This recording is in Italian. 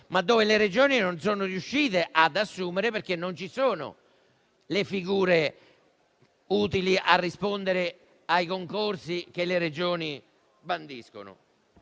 ma in cui le Regioni non sono riuscite ad assumere, perché non ci sono le figure utili a rispondere ai concorsi che vengono banditi.